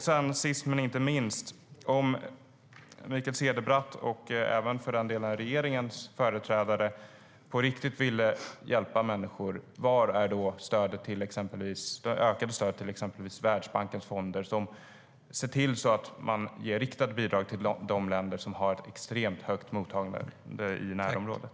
Sist men inte minst: Om Mikael Cederbratt och för den delen också regeringens företrädare på riktigt vill hjälpa människor, var är då det ökade stödet till exempelvis Världsbankens fonder, som ser till att man ger riktade bidrag till de länder som har ett extremt högt mottagande i närområdet?